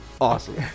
Awesome